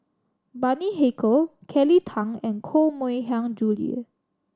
Bani Haykal Kelly Tang and Koh Mui Hiang Julie